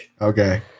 Okay